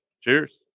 Cheers